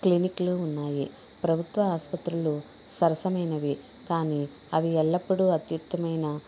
క్లినిక్లు ఉన్నాయి ప్రభుత్వ ఆసుపత్రులు సరసమైనవి కానీ అవి ఎల్లప్పుడూ అత్యుత్తమైనా